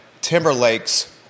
Timberlake's